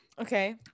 Okay